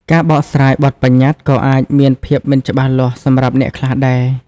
ការបកស្រាយបទប្បញ្ញត្តិក៏អាចមានភាពមិនច្បាស់លាស់សម្រាប់អ្នកខ្លះដែរ។